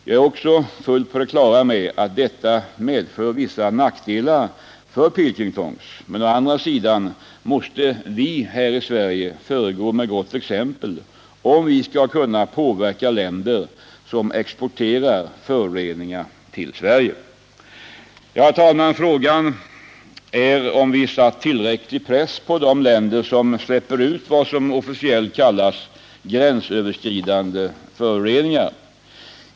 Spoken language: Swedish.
Jag är fullt på det klara med att detta medför vissa nackdelar för Pilkington, men å andra sidan måste vi här i Sverige föregå med gott exempel om vi skall kunna påverka länder som exporterar föroreningar till Sverige. Herr talman! Frågan är om vi satt tillräcklig press på de länder som släpper ut vad som officiellt kallas gränsöverskridande föroreningar.